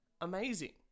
amazing